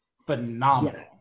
phenomenal